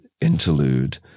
interlude